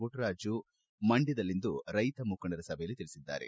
ಮಟ್ಟರಾಜು ಮಂಡ್ವದಲ್ಲಿಂದು ರೈತ ಮುಖಂಡರ ಸಭೆಯಲ್ಲಿ ತಿಳಿಸಿದ್ದಾರೆ